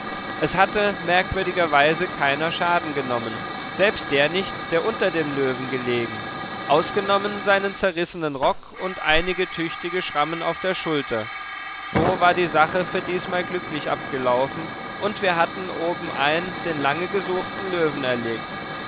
es hatte merkwürdigerweise keiner schaden genommen selbst der nicht der unter dem löwen gelegen ausgenommen seinen zerrissenen rock und einige tüchtige schrammen auf der schulter so war die sache für diesmal glücklich abgelaufen und wir hatten obenein den lange gesuchten löwen erlegt